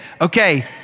Okay